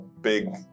big